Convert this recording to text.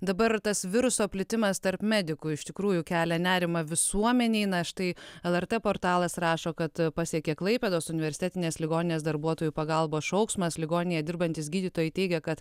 dabar tas viruso plitimas tarp medikų iš tikrųjų kelia nerimą visuomenei na štai lrt portalas rašo kad pasiekė klaipėdos universitetinės ligoninės darbuotojų pagalbos šauksmas ligoninėje dirbantys gydytojai teigia kad